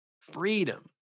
freedom